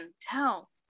Tell